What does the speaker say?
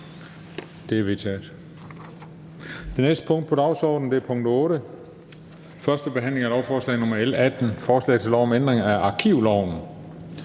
Det er vedtaget. --- Det næste punkt på dagsordenen er: 8) 1. behandling af lovforslag nr. L 18: Forslag til lov om ændring af arkivloven.